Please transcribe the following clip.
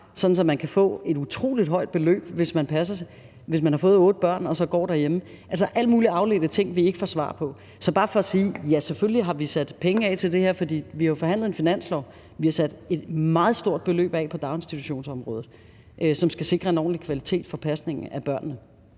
at man kan få et utrolig højt beløb, hvis man har fået otte børn og går derhjemme – altså alle mulige afledte ting, som vi ikke kan få svar på. Så det er bare for at sige: Ja, selvfølgelig har vi sat penge af til det her, for vi har jo forhandlet en finanslov; vi har sat et meget stort beløb af på daginstitutionsområdet, som skal sikre en ordentlig kvalitet for pasningen af børnene.